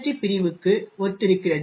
D பிரிவுக்கு ஒத்திருக்கிறது